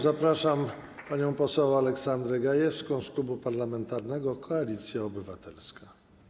Zapraszam panią poseł Aleksandrę Gajewską z Klubu Parlamentarnego Koalicja Obywatelska.